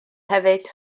hefyd